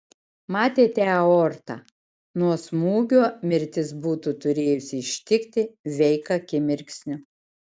matėte aortą nuo smūgio mirtis būtų turėjusi ištikti veik akimirksniu